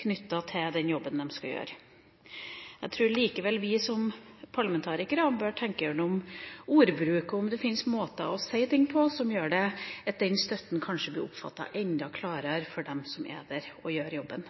knyttet til den jobben de skulle gjøre. Jeg tror likevel vi som parlamentarikere bør tenke igjennom ordbruk og om det finnes måter å si ting på som gjør at den støtten kanskje blir oppfattet enda klarere av dem som er der og gjør jobben.